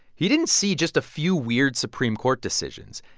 he didn't see just a few weird supreme court decisions.